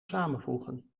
samenvoegen